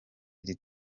iri